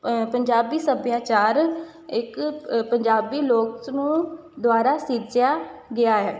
ਪੰਜਾਬੀ ਸੱਭਿਆਚਾਰ ਇੱਕ ਅ ਪੰਜਾਬੀ ਲੋਕ ਸਮੂਹ ਦੁਆਰਾ ਸਿਰਜਿਆ ਗਿਆ ਹੈ